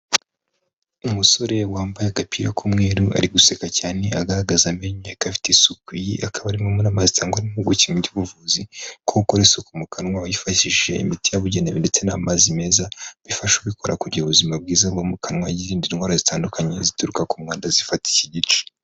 Umusore wambaye agapira k'umweru ari guseka cyane agaragaza amenyo ye ko afite isuku, iyi akaba arimwe mu nama zitangwa n'impuguke mu by'ubuvuzi ko gukora isuku mu kanwa wifashishije imiti yabugenewe ndetse n'amazi meza bifasha ubikora kugira ubuzima bwiza bwo mu kanwa, yirinda indwara zitandukanye zituruka ku mwanda zifata iki gice.